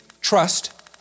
Trust